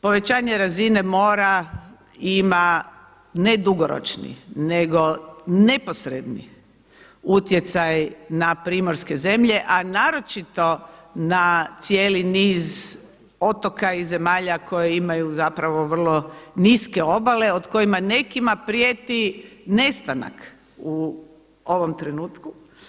Povećanje razine mora ima ne dugoročni, nego neposredni utjecaj na primorske zemlje, a naročito na cijeli niz otoka i zemalja koje imaju zapravo vrlo niske obale od kojima nekima prijeti nestanak u ovom trenutku.